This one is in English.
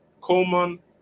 Coleman